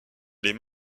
les